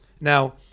Now